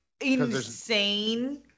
insane